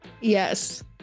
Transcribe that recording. Yes